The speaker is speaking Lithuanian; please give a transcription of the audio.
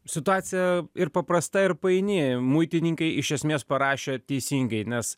situacija ir paprasta ir paini muitininkai iš esmės parašė teisingai nes